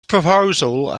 proposal